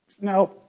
now